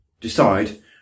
decide